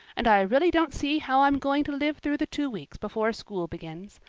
and i really don't see how i'm going to live through the two weeks before school begins.